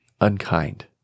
unkind